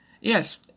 Yes